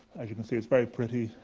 as you can see, it's very pretty.